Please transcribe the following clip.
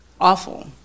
awful